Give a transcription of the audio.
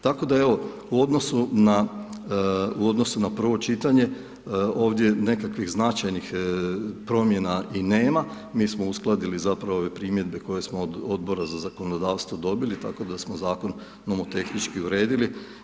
Tako da, evo, u odnosu na prvo čitanje, ovdje nekakvih značajnih promjena i nema, mi smo uskladili, zapravo, ove primjedbe koje smo od Odbora za zakonodavstvo dobili, tako da smo Zakon nomotehnički uredili.